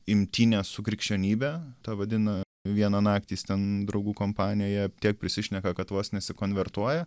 imtynės su krikščionybe ta vadina viena naktys ten draugų kompanijoje tiek prisišneka kad vos nesikonvertuoja